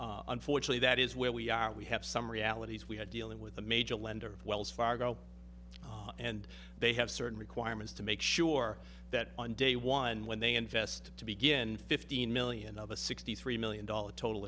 s unfortunately that is where we are we have some realities we have dealing with the major lender of wells fargo and they have certain requirements to make sure that on day one when they invest to begin fifteen million of a sixty three million dollars total